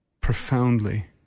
profoundly